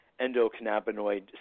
endocannabinoid